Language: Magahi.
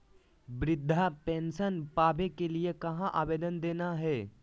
वृद्धा पेंसन पावे के लिए कहा आवेदन देना है?